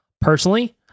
Personally